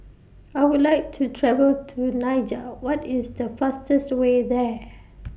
I Would like to travel to Niger What IS The fastest Way There